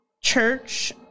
church